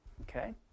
okay